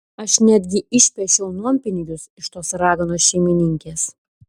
aš netgi išpešiau nuompinigius iš tos raganos šeimininkės